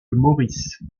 maurice